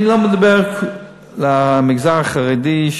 אני לא מדבר על המגזר החרדי.